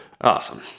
Awesome